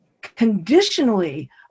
conditionally